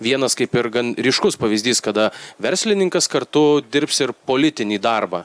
vienas kaip ir gan ryškus pavyzdys kada verslininkas kartu dirbs ir politinį darbą